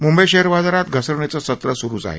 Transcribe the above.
Mumbai share बाजारात घसरणीचं सत्र सुरुचं आहे